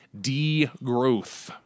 degrowth